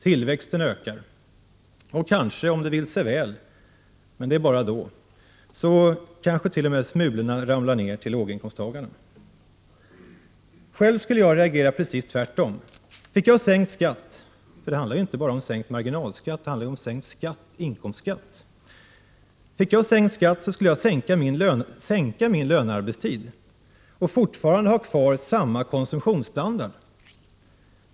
Tillväxten ökar och om det vill sig väl, men bara då, kan smulor t.o.m. trilla ner till låginkomsttagarna. Själv skulle jag reagera tvärtom. Fick jag sänkt skatt, för det handlar inte bara om sänkt marginalskatt, skulle jag minska min lönearbetstid och fortfarande ha kvar samma konsumtionsstandard.